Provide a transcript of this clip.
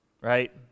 right